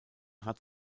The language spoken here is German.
hat